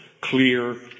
clear